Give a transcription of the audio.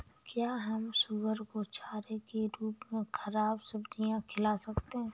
क्या हम सुअर को चारे के रूप में ख़राब सब्जियां खिला सकते हैं?